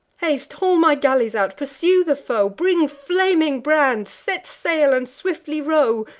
haste, haul my galleys out! pursue the foe! bring flaming brands! set sail, and swiftly row!